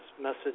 message